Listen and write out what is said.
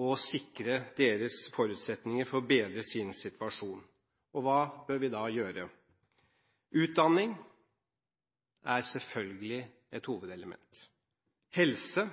og sikre deres forutsetninger for å bedre sin situasjon. Hva bør vi da gjøre? Utdanning er selvfølgelig et hovedelement, og helse,